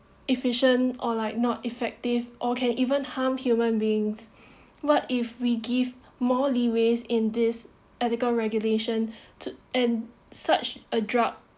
efficient or like not effective or can even harm human beings but if we give more leeway in this article regulation t~ and such a drug